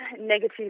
negative